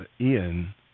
Ian